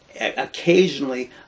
Occasionally